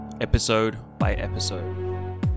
episode-by-episode